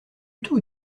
tout